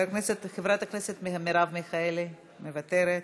חברת הכנסת מרב מיכאלי, מוותרת.